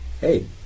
hey